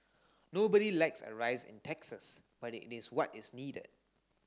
nobody likes a rise in taxes but it is what is needed